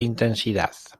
intensidad